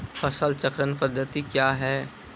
फसल चक्रण पद्धति क्या हैं?